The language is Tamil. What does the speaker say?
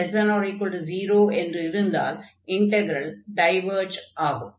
m≤0 என்று இருந்தால் இன்டக்ரல் டைவர்ஜ் ஆகும்